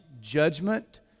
judgment